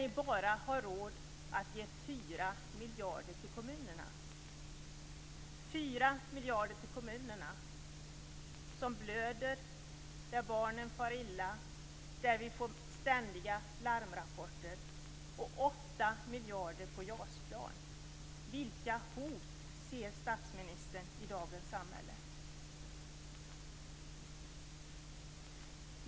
Ni har ju bara råd att ge 4 miljarder till kommunerna, som blöder, där barnen far illa och därifrån vi får ständiga larmrapporter. Ni lägger 8 miljarder på JAS-plan. Vilka hot ser statsministern i dagens samhälle?